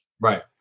Right